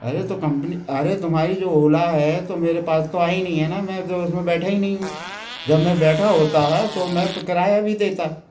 अरे तो कंपनी अरे तुम्हारी जो ओला है तो मेरे पास तो आई नहीं है ना मैं जो उसमें बैठा ही नहीं हूँ जब मैं बैठा होता है तो मैं किराया भी देता